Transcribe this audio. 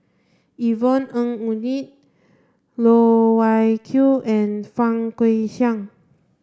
Yvonne Ng Uhde Loh Wai Kiew and Fang Guixiang